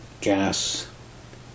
gas